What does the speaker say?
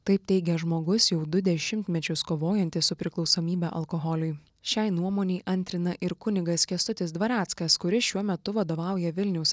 taip teigia žmogus jau du dešimtmečius kovojantis su priklausomybe alkoholiui šiai nuomonei antrina ir kunigas kęstutis dvareckas kuris šiuo metu vadovauja vilniaus